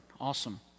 Awesome